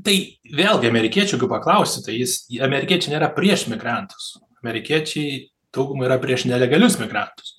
tai vėlgi amerikiečių jeigu paklausi tai jis amerikiečiai nėra prieš migrantus amerikiečiai dauguma yra prieš nelegalius migrantus